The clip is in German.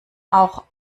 auch